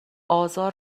ازار